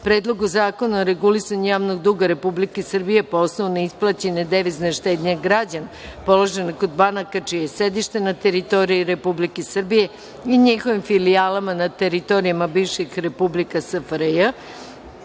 Predlogu zakona o regulisanju javnog duga Republike Srbije, po osnovu neisplaćene devizne štednje građana položene kod banaka čije je sedište na teritoriji Republike Srbije i njihovim filijalama na teritorijama bivših republika SFRJ,